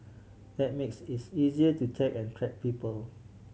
that makes it's easier to tag and track people